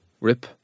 rip